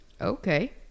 Okay